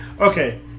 Okay